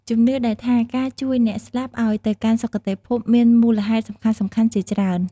ជំនឿដែលថាការជួយអ្នកស្លាប់ឲ្យទៅកាន់សុគតិភព មានមូលហេតុសំខាន់ៗជាច្រើន។